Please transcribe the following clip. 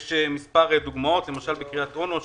יש מספר דוגמאות למשל, בקריית-אונו שבמרכז,